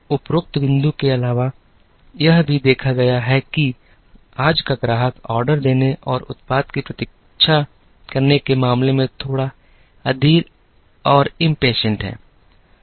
उपरोक्त बिंदु के अलावा यह भी देखा गया है कि आज का ग्राहक ऑर्डर देने और उत्पाद की प्रतीक्षा करने के मामले में थोड़ा अधीर है